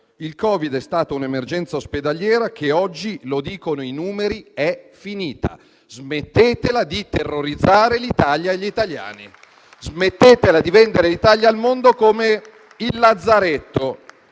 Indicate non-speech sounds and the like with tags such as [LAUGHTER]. il Covid è stata un'emergenza ospedaliera, che oggi, lo dicono i numeri, è finita». Smettetela di terrorizzare l'Italia e gli italiani. [APPLAUSE] Smettetela di vendere l'Italia al mondo come «il lazzaretto».